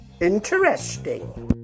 interesting